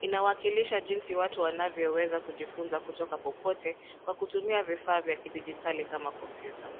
Inawakilisha jinsi watu wanavyoweza kujifunza kutoka popote kwa kutumia vifaa vya kidigitali kama kompyuta.